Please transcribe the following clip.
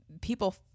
people